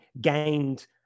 gained